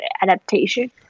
adaptation